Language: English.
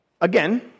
again